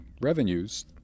revenues